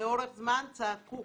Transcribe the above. לאורך זמן צעקו